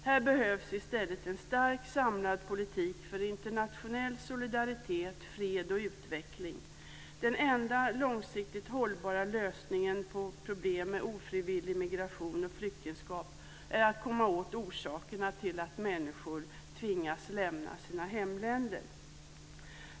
Här behövs i stället en stark samlad politik för internationell solidaritet, fred och utveckling. Den enda långsiktigt hållbara lösningen på problem med ofrivillig migration och flyktingskap är att komma åt orsakerna till att människor tvingas att lämna sina hemländer.